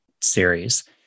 series